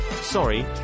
sorry